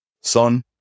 son